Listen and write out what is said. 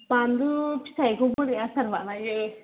बानलु फिथाइखौ बोरै आसार बानायो